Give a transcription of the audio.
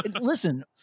Listen